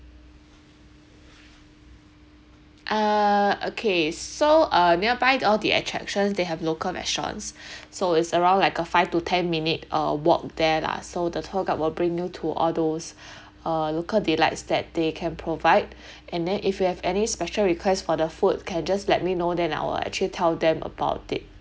uh okay so uh nearby all the attractions they have local restaurants so it's around like a five to ten minute uh walk there lah so the tour guide will bring you to all those uh local delights that they can provide and then if you have any special request for the food can just let me know then I will actually tell them about it